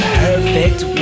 perfect